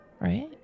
right